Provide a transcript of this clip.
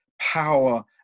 power